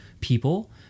people